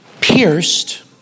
pierced